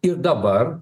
ir dabar